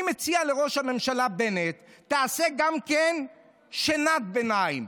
אני מציע לראש הממשלה בנט: תעשה גם שנת ביניים.